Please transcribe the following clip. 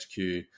HQ